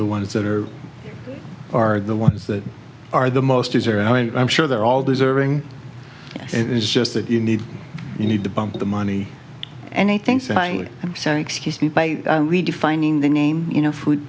the ones that are are the ones that are the most user and i'm sure they're all deserving and it's just that you need you need to bump the money and i think saying i'm sorry excuse me by redefining the name you know food